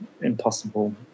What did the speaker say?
impossible